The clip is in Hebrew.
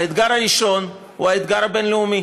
האתגר הראשון הוא האתגר הבין-לאומי.